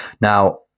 Now